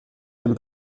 dem